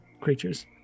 creatures